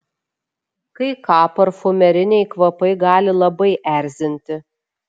kai ką parfumeriniai kvapai gali labai erzinti